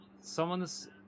someone's